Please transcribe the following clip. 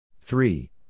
Three